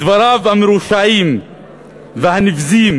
בדבריו המרושעים והנבזיים